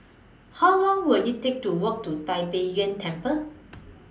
How Long Will IT Take to Walk to Tai Pei Yuen Temple